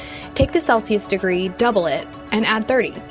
take the celsius degree, double it and add thirty.